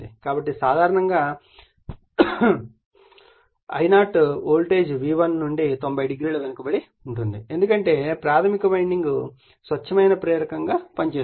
కాబట్టి సాధారణంగా I0 voltage V1 నుండి 90 o వెనుకబడి ఉంటుంది ఎందుకంటే ప్రాధమిక వైండింగ్ స్వచ్ఛమైన ప్రేరకంగా పనిచేస్తుంది